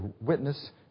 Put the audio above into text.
witness